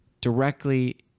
Directly